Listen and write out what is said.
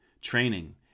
training